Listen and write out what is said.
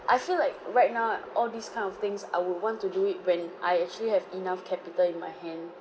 I feel like right now all these kind of things I would want to do it when I actually have enough capital in my hand